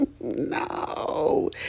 No